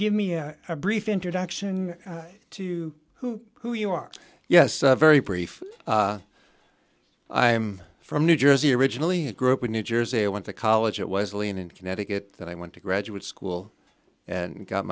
give me a brief introduction to who who you are yes very brief i am from new jersey originally and grew up in new jersey i went to college it was lean in connecticut that i went to graduate school and got